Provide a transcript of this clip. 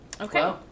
Okay